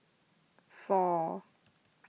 four